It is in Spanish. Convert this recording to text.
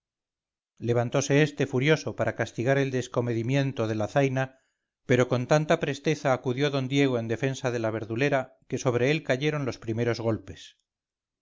levantose este furioso para castigar el descomedimiento de la zaina pero con tanta presteza acudió d diego en defensa de la verdulera que sobre él cayeron los primeros golpes